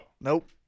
nope